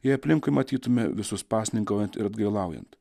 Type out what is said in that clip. jei aplinkui matytume visus pasninkaujant ir atgailaujant